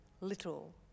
little